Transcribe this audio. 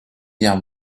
guerre